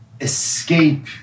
escape